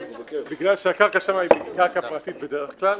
בגלל שהקרקע שם פרטית בדרך כלל.